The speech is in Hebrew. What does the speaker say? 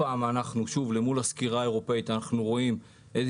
למול הסקירה האירופאית אנחנו רואים איזה